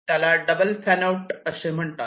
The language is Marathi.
त्याला डबल फॅन आऊट असे म्हणतात